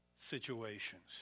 situations